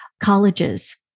colleges